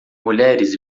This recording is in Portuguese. mulheres